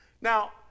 Now